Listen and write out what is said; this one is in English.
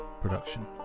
production